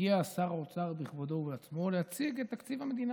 הגיע השר, בכבודו ובעצמו, להציג את תקציב המדינה.